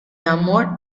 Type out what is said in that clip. amor